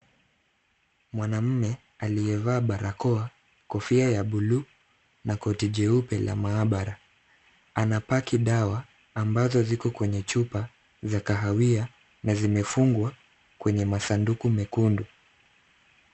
Mwanamume, alievaa barakoa, kofia ya buluu, na koti jeupe la maabara, anapaki dawa, ambazo ziko kwenye chupa, zikahawia, na zimefungwa, kwenye masanduku mekundu.